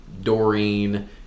Doreen